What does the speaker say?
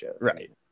right